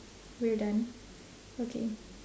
we're done okay